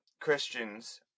Christians